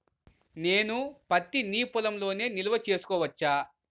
నేను పత్తి నీ పొలంలోనే నిల్వ చేసుకోవచ్చా?